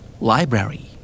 Library